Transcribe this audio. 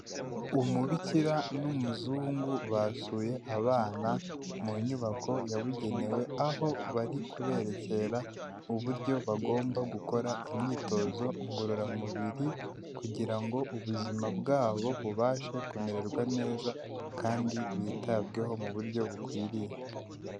Umubikira n'umuzungu basuye abana mu nyubako yabugenewe aho bari kuberekera uburyo bagomba gukora imyitozo ngororamubiri kugira ngo ubuzima bwabo bubashe kumererwa neza kandi bitabweho mu buryo bukwiriye.